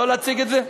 לא להציג את זה?